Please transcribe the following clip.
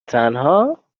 تنها